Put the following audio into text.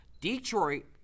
Detroit